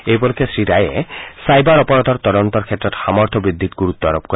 এই উপলক্ষে শ্ৰী ৰায়ে ছাইবাৰ অপৰাধৰ তদন্তৰ ক্ষেত্ৰত সামৰ্থ্য বৃদ্ধিত গুৰুত্ব আৰোপ কৰে